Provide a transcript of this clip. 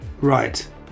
Right